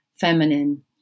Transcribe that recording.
feminine